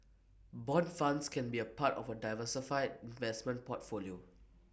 Bond funds can be A part of A diversified vestment portfolio